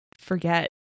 forget